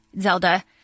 Zelda